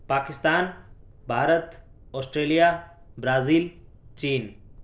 Pakistan Bharat Australia Brazil chain